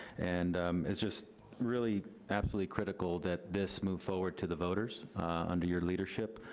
and it's just really absolutely critical that this move forward to the voters under your leadership.